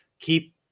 keep